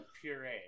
puree